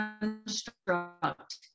construct